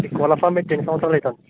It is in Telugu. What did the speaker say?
ఈ కోళ్ళ ఫామ్ పెట్టి ఎన్ని సంవత్సరాలు అవుతోంది